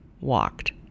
walked